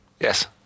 Yes